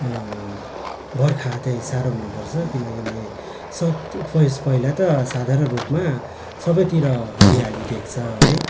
बर्खा त्यही साह्रो मनपर्छ किनभने सबसे फर्स्ट पहिला त साधारण रूपमा सबैतिर हरियाली देख्छ है